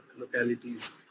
localities